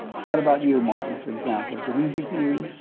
what about you, martin, for example. is it easy for you?